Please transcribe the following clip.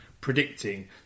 predicting